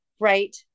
right